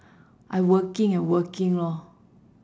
I working and working lor